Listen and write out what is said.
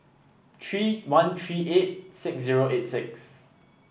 three one three eight six zero eight six